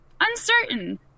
uncertain